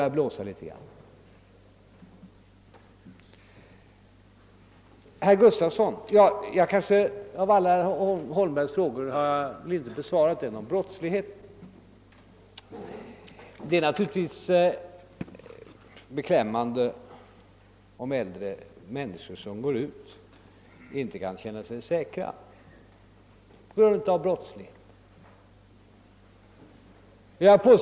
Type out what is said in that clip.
Av alla herr Holmbergs frågor har jag inte besvarat den om brottsligheten. Det är naturligtvis beklämmande om äldre människor inte kan känna sig säkra när de går ut.